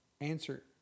answer